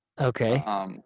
okay